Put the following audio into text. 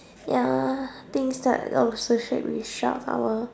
ya things that associate with sharks I will